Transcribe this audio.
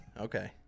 okay